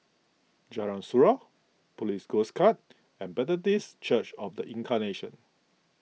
Jalan Surau Police Coast Guard and Methodist Church of the Incarnation